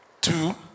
two